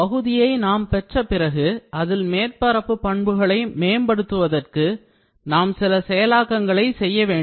பகுதியை நாம் பெற்ற பிறகு அதில் மேற்பரப்பு பண்புகளை மேம்படுத்துவதற்கு நாம் சில செயலாக்கங்களை செய்ய வேண்டும்